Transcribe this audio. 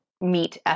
meet